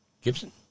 Gibson